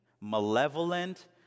malevolent